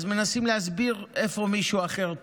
אז כשמנסים להסביר איפה מישהו אחר טועה,